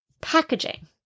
packaging